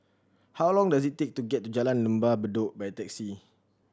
how long does it take to get to Jalan Lembah Bedok by taxi